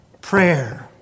prayer